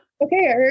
Okay